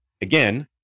again